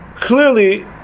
clearly